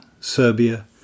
Serbia